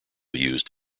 used